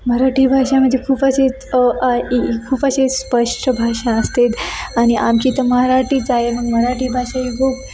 मराठी भाषा म्हणजे खूप अशी आ ई खूप अशी स्पष्ट भाषा असते आणि आमची तर मराठीच आहे मग मराठी भाषा ही खूप